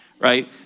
right